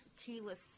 keyless